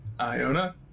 Iona